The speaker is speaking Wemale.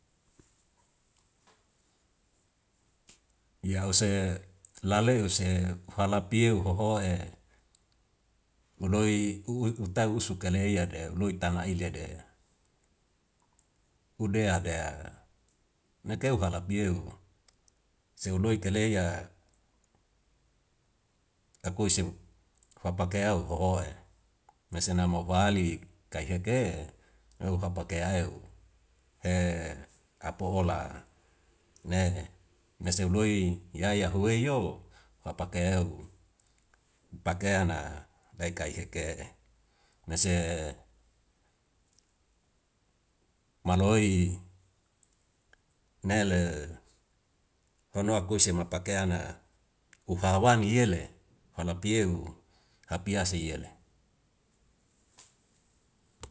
Ya use lelo use ku halapieu hoho udoi utau usuka la iyade loi tana ilede udea de nakeu halapieo seu loi ka le ya akoisi fapake au hohoe nasema au hua li kai ha ke lou hapake eu he apo ola ne, nes huloi ya yahuwei yo hapaka eu. Pakean lai ka hike nase maloi nele pano kuise na uhawani yele halapieu hapiasa yele.